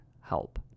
help